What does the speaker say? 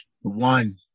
one